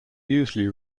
usually